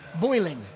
boiling